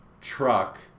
truck